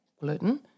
gluten